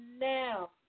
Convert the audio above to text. now